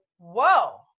whoa